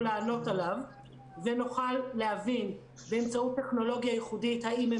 לענות עליו ונוכל להבין באמצעות טכנולוגיה ייחודית האם הם